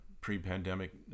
pre-pandemic